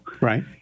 Right